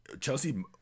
Chelsea